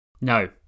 No